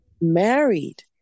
Married